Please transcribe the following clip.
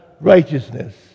righteousness